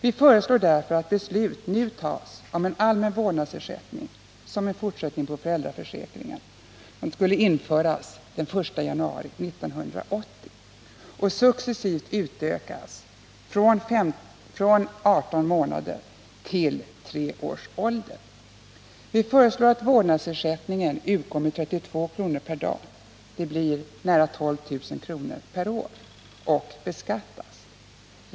Vi föreslår att beslut nu tas om en allmän vårdnadsersättning som en fortsättning på föräldraförsäkringen. Den skulle införas den 1 januari 1980 och successivt utökas från 18 månader till att gälla barnets tre första år. Vi föreslår att vårdnadsersättningen utgår med 32 kr. per dag — det blir nära 12 000 kr. per år — och beskattas.